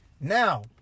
Now